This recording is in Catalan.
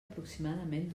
aproximadament